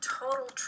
total